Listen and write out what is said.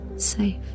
Safe